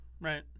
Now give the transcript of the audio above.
right